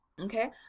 okay